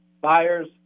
buyers